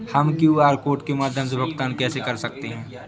हम QR code के माध्यम से भुगतान कैसे कर सकते हैं?